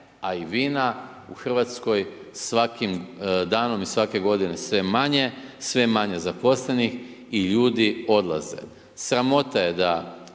a i vina u Hrvatskoj svakim danom i svake godine sve manje, sve je manje zaposlenih i ljudi odlaze. Sramota je da